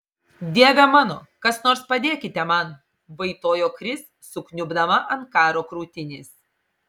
dieve mano kas nors padėkite man vaitojo kris sukniubdama ant karo krūtinės